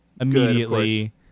immediately